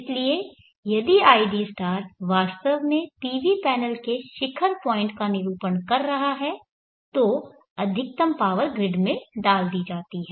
इसलिए यदि id वास्तव में PV पैनल के शिखर पावर पॉइंट का निरूपण कर रहा है तो अधिकतम पावर ग्रिड में डाल दी जाती है